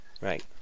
Right